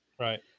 Right